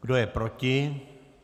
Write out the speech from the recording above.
Kdo je proti?